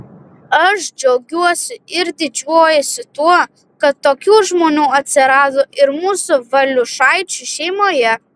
aš džiaugiuosi ir didžiuojuosi tuo kad tokių žmonių atsirado ir mūsų valiušaičių šeimoje